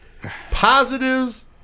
positives